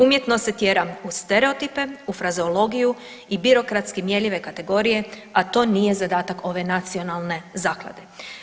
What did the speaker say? Umjetnost se tjera uz stereotipe, u frazeologiju i birokratski mjerljive kategorije, a to nije zadatak ove nacionalne zaklade.